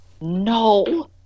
no